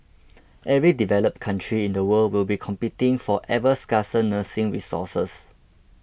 every developed country in the world will be competing for ever scarcer nursing resources